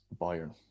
Bayern